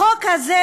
החוק הזה,